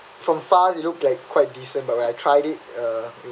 from far you looked like quite decent but when I tried it uh